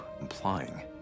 implying